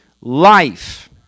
life